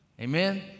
Amen